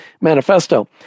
Manifesto